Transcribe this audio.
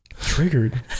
Triggered